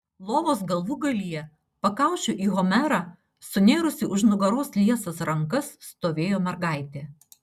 lovos galvūgalyje pakaušiu į homerą sunėrusi už nugaros liesas rankas stovėjo mergaitė